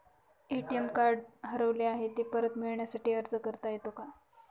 ATM card हरवले आहे, ते परत मिळण्यासाठी अर्ज करता येतो का?